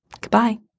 Goodbye